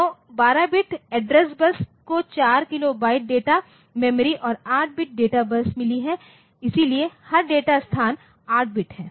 तो 12 bit address bus को 4 kilobyte data memory और 8 बिट डेटा बस मिली है इसलिए हर डेटा स्थान 8 बिट है